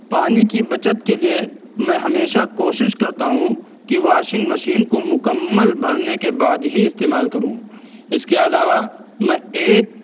پانی کی بچت کے لیے میں ہمیشہ کوشش کرتا ہوں کہ واشنگ مشین کو مکمل بھرنے کے بعد ہی استعمال کروں اس کے علاوہ میں ایک